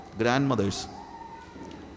grandmothers